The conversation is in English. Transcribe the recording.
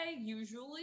usually